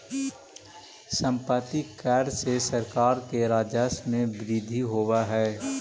सम्पत्ति कर से सरकार के राजस्व में वृद्धि होवऽ हई